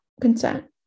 consent